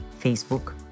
Facebook